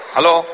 Hello